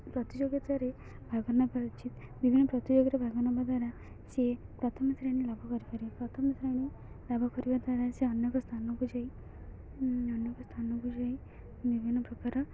ପ୍ରତିଯୋଗିତାରେ ଭାଗ ନେବା ଉଚିତ୍ ବିଭିନ୍ନ ପ୍ରତିଯୋଗିତାରେ ଭାଗ ନେବା ଦ୍ୱାରା ସିଏ ପ୍ରଥମେ ଶ୍ରେଣୀ ଲାଭ କରିପାରେ ପ୍ରଥମେ ଶ୍ରେଣୀ ଲାଭ କରିବା ଦ୍ୱାରା ସିଏ ଅନେକ ସ୍ଥାନକୁ ଯାଇ ଅନେକ ସ୍ଥାନକୁ ଯାଇ ବିଭିନ୍ନ ପ୍ରକାର